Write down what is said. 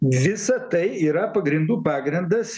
visa tai yra pagrindų pagrindas